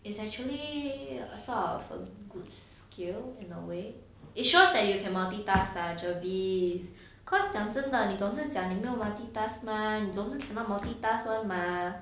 it's actually a sort of a good skill in a way it shows that you can multitask right javis cause 讲真的你总是讲你没有 multitask mah 你总是 cannot multitask [one] mah